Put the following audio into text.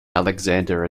alexander